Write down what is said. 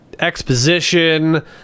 exposition